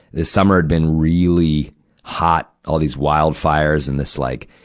this summer'd been really hot, all these wildfires and this, like,